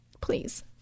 Please